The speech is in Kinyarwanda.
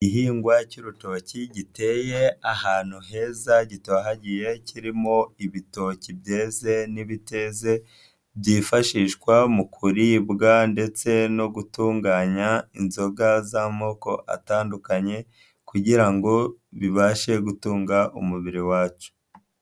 Igihingwa cy'urutoki giteye ahantu heza gitohagiye, kirimo ibitoki byeze n'ibiteze, byifashishwa mu kuribwa ndetse no gutunganya inzoga z'amoko atandukanye kugira ngo bibashe gutunga umubiri wacu.